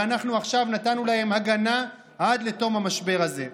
ואנחנו עכשיו נתנו להם הגנה עד לתום המשבר הזה.